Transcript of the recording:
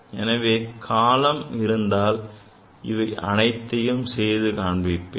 எனவே காலம் இருந்தால் இவை அனைத்தையும் செய்து காண்பிப்பேன்